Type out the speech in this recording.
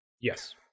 Yes